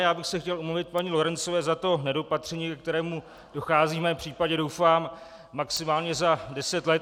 Já bych se chtěl omluvit paní Lorencové za to nedopatření, ke kterému dochází v mém případě, doufám, maximálně za deset let.